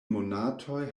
monatoj